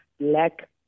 black